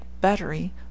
battery